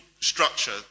structure